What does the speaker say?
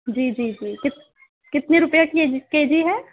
جی جی جی کتنے روپیے کے جی ہے